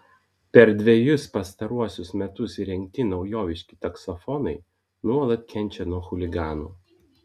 per dvejus pastaruosius metus įrengti naujoviški taksofonai nuolat kenčia nuo chuliganų